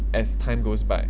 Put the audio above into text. as time goes by